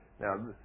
Now